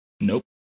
Nope